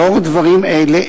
לאור דברים אלה,